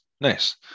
nice